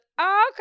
Okay